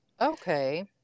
Okay